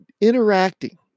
interacting